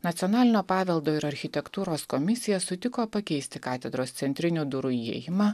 nacionalinio paveldo ir architektūros komisija sutiko pakeisti katedros centrinių durų įėjimą